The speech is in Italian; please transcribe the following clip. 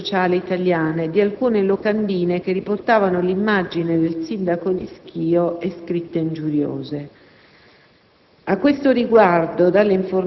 di un vessillo della Repubblica sociale italiana e di alcune locandine che riportavano l'immagine del sindaco di Schio e scritte ingiuriose.